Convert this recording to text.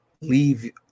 leave